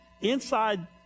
inside